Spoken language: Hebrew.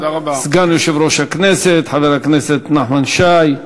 סגן יושב-ראש הכנסת חבר הכנסת נחמן שי.